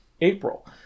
April